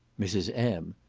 mrs. m.